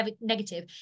negative